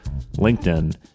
LinkedIn